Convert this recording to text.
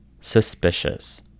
Suspicious